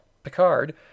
Picard